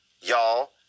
Y'all